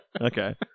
Okay